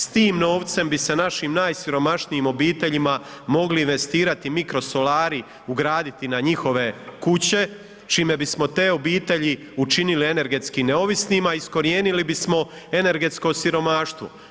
S tim novcem bi se našim najsiromašnijim obiteljima mogli investirati mikrosolari, ugraditi na njihove kuće čime bismo te obitelji učinili energetski neovisnima i iskorijenili bi energetsko siromaštvo.